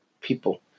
people